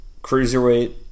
cruiserweight